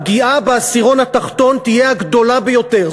הפגיעה בעשירון התחתון תהיה הגדולה ביותר.